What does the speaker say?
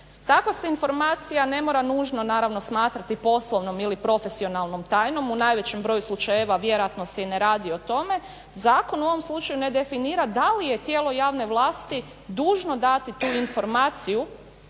Takva se informacija ne mora nužno smatrati poslovnom ili profesionalnom tajnom. U najvećem broju slučajeva vjerojatno se i ne radi o tome, zakon u ovom slučaju ne definira da li je tijelo javne vlasti dužno dati tu informaciju